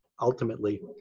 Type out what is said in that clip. ultimately